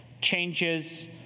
changes